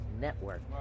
Network